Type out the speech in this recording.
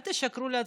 אל תשקרו לעצמכם,